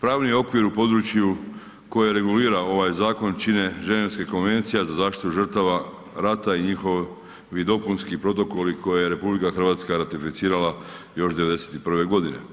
Pravni okvir u području koje regulira ovaj zakon čine ženevska konvencija za zaštitu žrtava rata i njihovi dopunski protokoli koje je RH ratificirala još '91. godine.